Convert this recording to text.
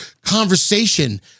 conversation